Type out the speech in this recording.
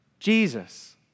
Jesus